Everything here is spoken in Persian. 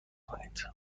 کنید